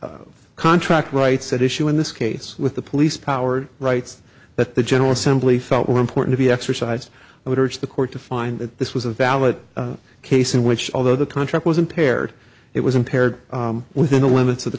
the contract rights issue in this case with the police powered rights that the general assembly felt were important to be exercised i would urge the court to find that this was a valid case in which although the contract was impaired it was impaired within the limits of the